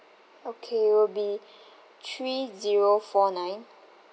okay it will be three zero four nine